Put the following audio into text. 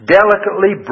Delicately